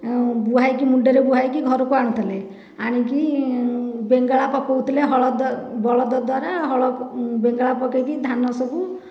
ବୁହାଇକି ମୁଣ୍ଡରେ ବୁହାଇକି ଘରକୁ ଆଣିଥିଲେ ଆଣିକି ବେଙ୍ଗଳା ପକାଉଥିଲେ ହଳ ଦ୍ୱାରା ବଳଦ ଦ୍ୱାରା ହଳ ବେଙ୍ଗଳା ପକେଇକି ଧାନ ସବୁ